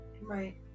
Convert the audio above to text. Right